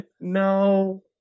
No